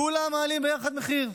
כולם מעלים ביחד מחיר,